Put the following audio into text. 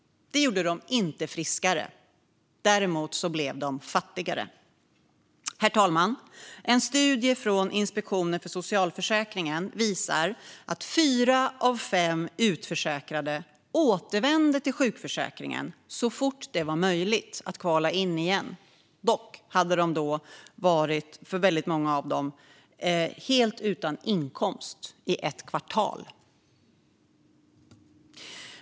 Det gjorde dem inte friskare, däremot fattigare. Herr talman! En studie från Inspektionen för socialförsäkringen visar att fyra av fem utförsäkrade återvände till sjukförsäkringen så fort det var möjligt att kvala in igen. Dock hade då väldigt många av dem varit helt utan inkomst i ett kvartal.